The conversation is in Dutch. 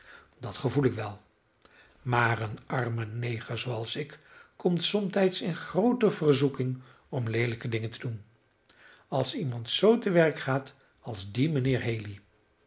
dat gevoel ik wel maar een arme neger zooals ik komt somtijds in groote verzoeking om leelijke dingen te doen als iemand zoo te werk gaat als die mijnheer haley